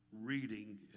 reading